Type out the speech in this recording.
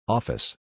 Office